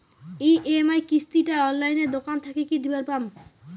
EMI কিস্তি টা অনলাইনে দোকান থাকি কি দিবার পাম?